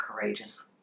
courageous